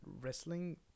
Wrestling